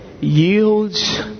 yields